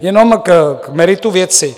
Jenom k meritu věci.